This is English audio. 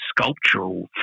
sculptural